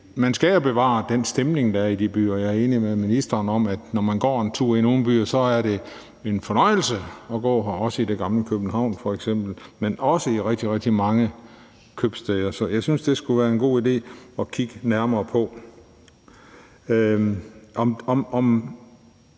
man skal jo bevare den stemning, der er i de byer. Jeg er enig med ministeren i, at når man går en tur i nogle byer, er det en fornøjelse at gå der, også i f.eks. det gamle København, men også i rigtig, rigtig mange købstæder. Så jeg synes, det skulle være en god idé at kigge nærmere på